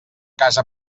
casa